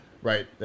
Right